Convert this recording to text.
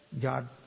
God